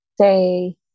say